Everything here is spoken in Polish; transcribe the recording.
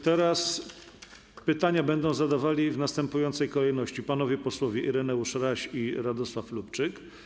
Teraz pytania będą zadawali, w następującej kolejności, panowie posłowie Ireneusz Raś i Radosław Lubczyk.